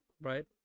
right